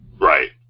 Right